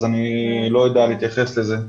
אז אני לא יודע להתייחס לזה.